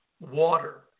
water